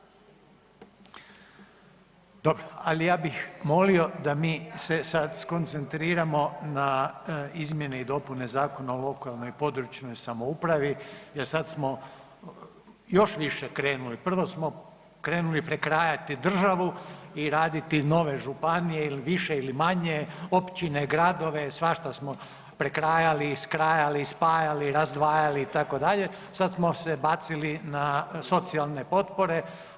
Dobro, ali ja bih molio da mi se sad skoncentriramo na izmjene i dopune Zakona o lokalnoj i područnoj samoupravi jer sad smo još više krenuli, prvo smo krenuli prekrajati državu i raditi nove županije ili više ili manje, općine, gradove svašta smo prekrajali, iskrajali, spajali, razdvajali itd., sad smo se bacili na socijalne potpore.